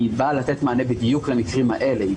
היא באה לתת מענה בדיוק למקרים האלה.